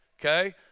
Okay